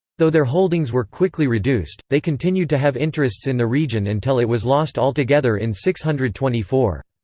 though their holdings were quickly reduced, they continued to have interests in the region until it was lost altogether in six hundred and twenty four.